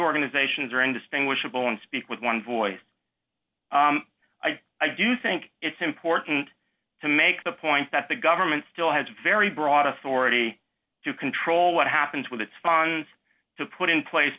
organizations are indistinguishable and speak with one voice i i do think it's important to make the point that the government still has very broad authority to control what happens with its funds to put in place